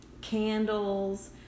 candles